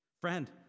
Friend